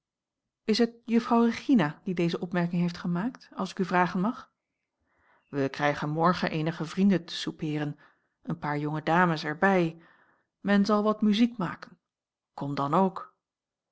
is het juffrouw regina die deze opmerking heeft gemaakt als ik u vragen mag wij krijgen morgen eenige vrienden te soupeeren een paar jonge dames er bij men zal wat muziek maken kom dan ook